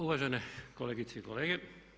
Uvažene kolegice i kolege.